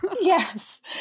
Yes